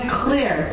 clear